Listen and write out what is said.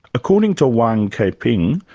according to wan keping,